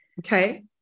Okay